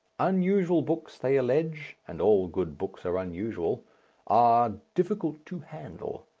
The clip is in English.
unusual books, they allege and all good books are unusual are difficult to handle,